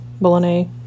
bolognese